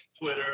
Twitter